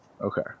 Okay